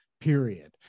period